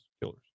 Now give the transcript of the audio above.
Killers